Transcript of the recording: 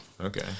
Okay